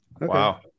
Wow